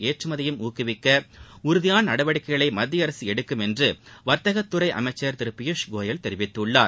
ஏற்றுமதியையும் ஊக்குவிக்க உறுதியான நடவடிக்கைகளை மத்தியஅரசு எடுக்கும் என்று வர்த்தகத்துறை அமைச்சர் திரு பியூஷ்கோயல் தெரிவித்தள்ளார்